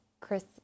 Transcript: Chris